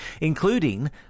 including